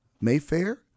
Mayfair